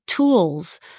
tools